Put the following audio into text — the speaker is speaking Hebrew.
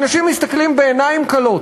אנשים מסתכלים בעיניים כלות.